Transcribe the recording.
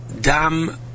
Dam